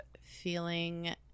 feeling